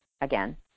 again